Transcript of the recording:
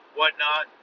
whatnot